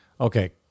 Okay